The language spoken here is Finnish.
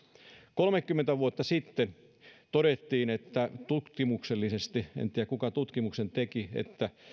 kolmekymmentä vuotta sitten todettiin tutkimuksellisesti en tiedä kuka tutkimuksen teki että